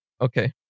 okay